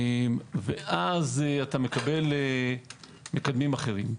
ואז אתה מקבל מקדמים אחרים.